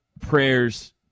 prayers